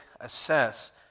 assess